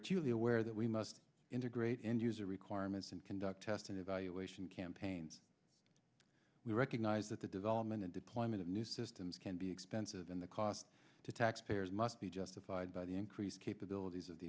acutely aware that we must integrate end user requirements and conduct testing evaluation campaigns we recognize that the development and deployment of new systems can be pensive and the cost to taxpayers must be justified by the increased capabilities of the